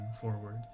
forward